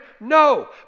No